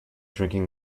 drinking